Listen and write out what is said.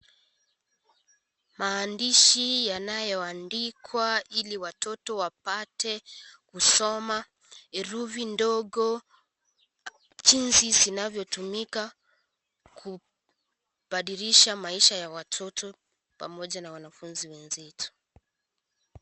Maandishi yanayoandikwa ili watoto wapate kusoma herufi ndogo , jinsi zinavyotumika kubadilisha maisha ya watoto pamoja na wanafunzi wenzetu.